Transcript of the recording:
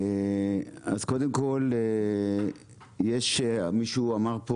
אז קודם כל, יגאל אמר פה